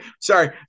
sorry